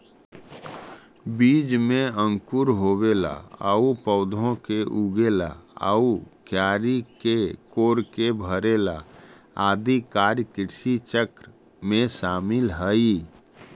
बीज में अंकुर होवेला आउ पौधा के उगेला आउ क्यारी के कोड़के भरेला आदि कार्य कृषिचक्र में शामिल हइ